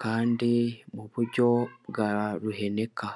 kandi mu buryo bwa ruheneka.